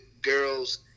girls